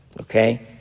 Okay